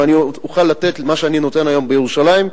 ואני אוכל לתת מה שאני נותן היום בירושלים,